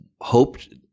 hoped